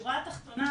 ובשורה התחתונה,